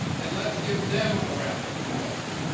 and let's give them a round of applause.